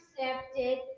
accepted